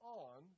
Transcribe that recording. on